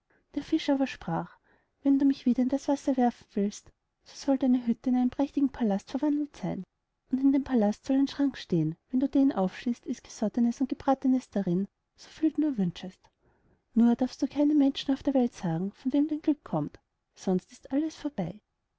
der fisch aber sprach wenn du mich wieder in das wasser werfen willst so soll deine hütte in einen prächtigen pallast verwandelt seyn und in dem pallast soll ein schrank stehen wenn du den aufschließst ist gesottenes und gebratenes darin so viel du nur wünschest nur darfst du keinem menschen auf der welt sagen von wem dein glück kommt sonst ist alles vorbei